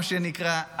מה שנקרא,